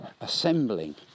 assembling